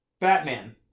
batman